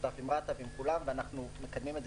משותף עם רת"א ועם כולם ואנחנו מקדמים את זה